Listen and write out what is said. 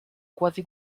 quasi